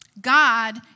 God